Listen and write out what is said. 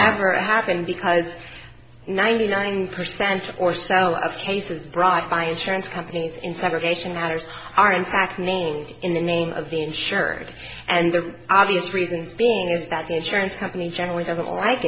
never happen because ninety nine percent or so of cases brought by insurance companies in segregation matters are in fact named in the name of the insured and the obvious reason is that the insurance company generally doesn't like